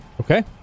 Okay